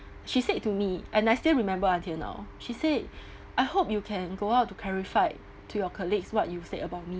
she said to me and I still remember until now she said I hope you can go out to clarify to your colleagues what you said about me